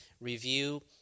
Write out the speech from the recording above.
review